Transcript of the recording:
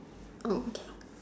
Oh okay